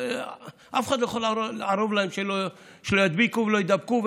אף אחד לא יכול לערוב להן שלא ידביקו ולא יידבקו,